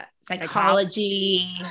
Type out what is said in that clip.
Psychology